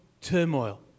turmoil